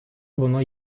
воно